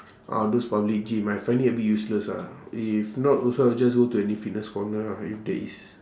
ah those public gym I find it a bit useless ah if not those kind i'll just go to any fitness corner ah if there is